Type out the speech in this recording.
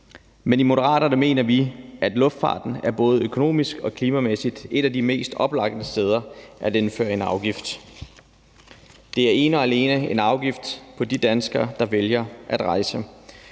Men i Moderaterne mener vi, at luftfarten både økonomisk og klimamæssigt er et af de mest oplagte steder at indføre en afgift, og det er ene og alene en afgift på de danskere, der vælger at rejse.